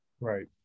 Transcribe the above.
right